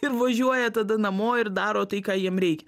ir važiuoja tada namo ir daro tai ką jiem reikia